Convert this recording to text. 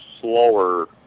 slower